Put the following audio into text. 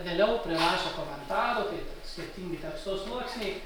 vėliau prirašė komentarų tai skirtingi teksto sluoksniai